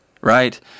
right